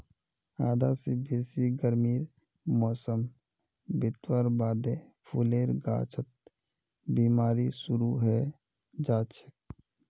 आधा स बेसी गर्मीर मौसम बितवार बादे फूलेर गाछत बिमारी शुरू हैं जाछेक